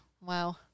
Wow